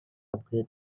upgrade